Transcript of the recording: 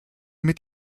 mit